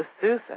Susan